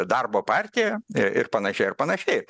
darbo partija ir panašiai ir panašiai